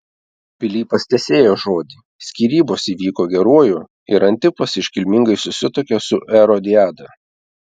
pilypas tesėjo žodį skyrybos įvyko geruoju ir antipas iškilmingai susituokė su erodiada